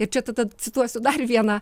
ir čia tada cituosiu dar vieną